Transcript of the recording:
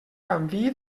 canviï